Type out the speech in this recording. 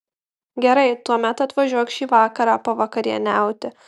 gerai tuomet atvažiuok šį vakarą pavakarieniauti